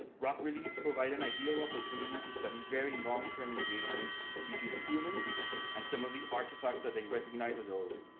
rock reliefs provide an ideal opportunity to study very long term engagement between humans and some of the artifacts that they recognize as old.